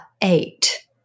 eight